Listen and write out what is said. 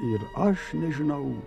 ir aš nežinau